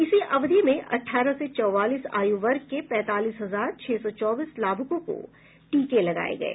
इसी अवधि में अठारह से चौवालीस आयु वर्ग के पैंतालीस हजार छह सौ चौबीस लाभुकों को टीके लगाये गये